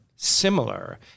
similar